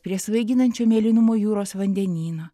prie svaiginančio mėlynumo jūros vandenyno